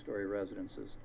storey residences